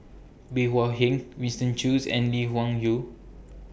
Bey Hua Heng Winston Choos and Lee Wung Yew